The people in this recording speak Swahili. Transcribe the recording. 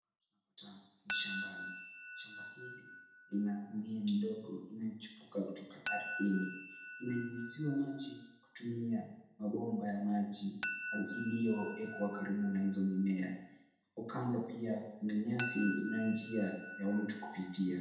Mtaa ni shambani. Shamba hili lina mimea midogo inayochipuka kutoka ardhini. Inanyunyiziwa maji kutumia mabomba ya maji iliyowekwa karibu na hizo mimea. Kando pia kuna nyasi na njia ya mtu kupitia.